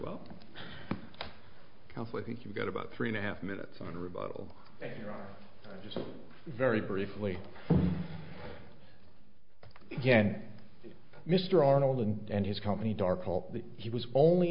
counselor think you've got about three and a half minutes on rebuttal just very briefly again mr arnold and his company dark fault that he was only